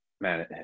man